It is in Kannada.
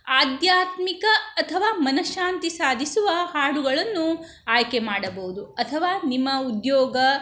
ಆಧ್ಯಾತ್ಮಿಕ ಅಥವಾ ಮನಃಶಾಂತಿ ಸಾಧಿಸುವ ಹಾಡುಗಳನ್ನು ಆಯ್ಕೆ ಮಾಡಬೌದು ಅಥವಾ ನಿಮ್ಮ ಉದ್ಯೋಗ